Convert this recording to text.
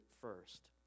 first